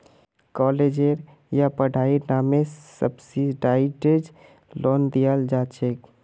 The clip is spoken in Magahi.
कालेजेर या पढ़ाईर नामे सब्सिडाइज्ड लोन दियाल जा छेक